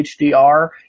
HDR